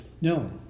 No